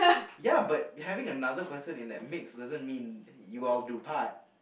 ya but having another person in that mix doesn't mean you are of due part